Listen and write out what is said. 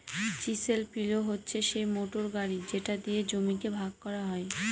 chisel পিলও হচ্ছে সিই মোটর গাড়ি যেটা দিয়ে জমিকে ভাগ করা হয়